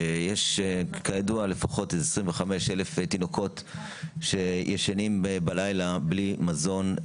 שיש כידוע לפחות 25,000 תינוקות שישנים בלילה בלי מזון,